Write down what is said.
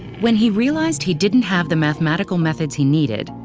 when he realized he didn't have the mathematical methods he needed,